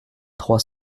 trois